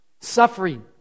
suffering